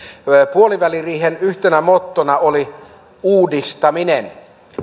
puoliväliriihen yhtenä mottona oli uudistaminen